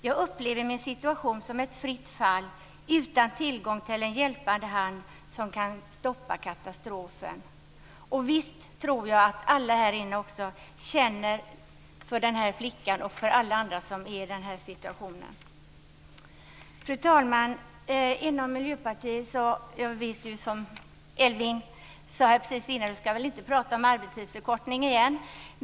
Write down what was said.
Jag upplever min situation som ett fritt fall utan tillgång till en hjälpande hand som kan stoppa katastrofen. Visst tror jag att alla här inne känner för den här flickan och för alla andra som är i den här situationen. Fru talman! Som Elving Jonsson sade till mig förut: Du skall väl inte prata om arbetstidsförkortning nu igen?